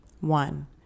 One